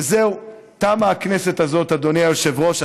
וזהו, תמה הכנסת הזאת, אדוני היושב-ראש.